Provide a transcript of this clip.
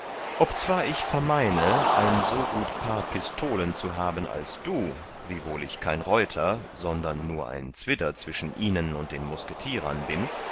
obzwar ich vermeine ein so gut paar pistolen zu haben als du wiewohl ich kein reuter sondern nur ein zwidder zwischen ihnen und den musketierern bin